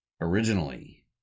originally